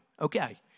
Okay